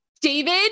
David